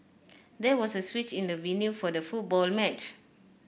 there was a switch in the venue for the football match